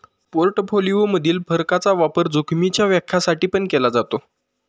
portfolio मधील फरकाचा वापर जोखीमीच्या व्याख्या साठी पण केला जातो